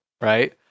right